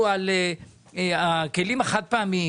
בימים האחרונים היא באמת חזרה לפעילות מלאה,